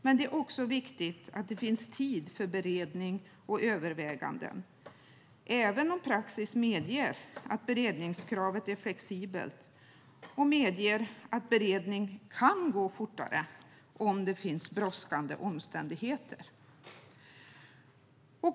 Men det är också viktigt att det finns tid för beredning och överväganden, även om praxis medger att beredningskravet är flexibelt och att beredning kan gå fortare om det finns brådskande omständigheter.